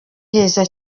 heza